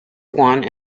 one